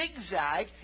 zigzag